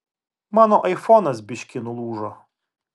mano aifonas biškį nulūžo